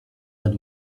and